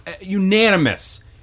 unanimous